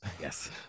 Yes